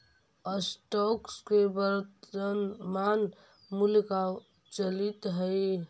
stocks के वर्तनमान मूल्य का चलित हइ